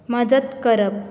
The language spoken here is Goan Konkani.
मजत करप